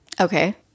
okay